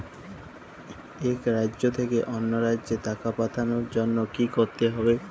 এক রাজ্য থেকে অন্য রাজ্যে টাকা পাঠানোর জন্য কী করতে হবে?